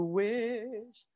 wish